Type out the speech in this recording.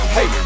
Hey